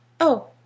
Oh